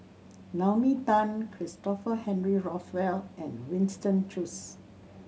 Naomi Tan Christopher Henry Rothwell and Winston Choos